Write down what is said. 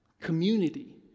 Community